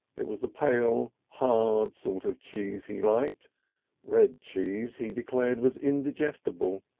it was the pale, hard sort of cheese he liked red cheese he declared was indigestible.